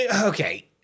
okay